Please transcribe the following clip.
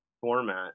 format